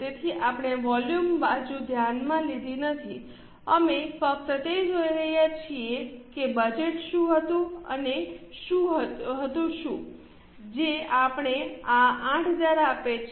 તેથી આપણે વોલ્યુમ બાજુ ધ્યાનમાં લીધી નથી અમે ફક્ત તે જોઈ રહ્યા છીએ કે બજેટ શું હતું અને શું હતું શું જે આપણને આ 8000 આપે છે